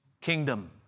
kingdom